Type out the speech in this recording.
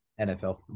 NFL